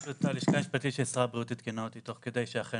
הלשכה המשפטית של משרד הבריאות עדכנה אותי תוך כדי שאכן